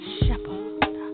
shepherd